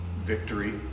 victory